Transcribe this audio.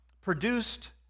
produced